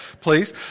please